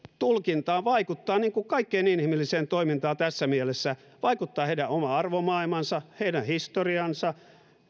tulkintaan vaikuttavat niin kuin kaikkeen inhimilliseen toimintaan tässä mielessä heidän oma arvomaailmansa ja heidän historiansa